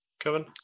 kevin